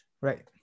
right